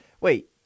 Wait